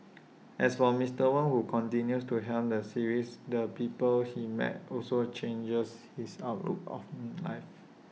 as for Mister Wong who continues to helm the series the people he met also changed his outlook on life